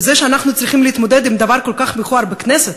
זה שאנחנו צריכים להתמודד עם דבר כל כך מכוער בכנסת,